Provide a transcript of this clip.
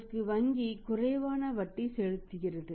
அதற்கு வங்கி குறைவான வட்டி செலுத்துகிறது